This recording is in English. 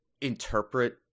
interpret